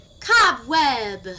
Cobweb